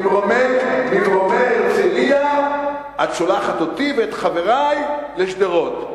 ממרומי הרצלייה את שולחת אותי ואת חברי לשדרות.